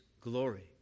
glory